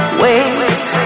wait